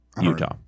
Utah